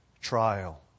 trial